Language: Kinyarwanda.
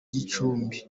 gicumbi